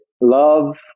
Love